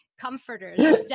Comforters